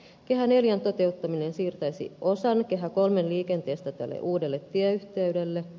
kehä ivn toteuttaminen siirtäisi osan kehä iiin liikenteestä tälle uudelle tieyhteydelle